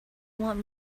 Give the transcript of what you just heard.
want